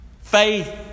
Faith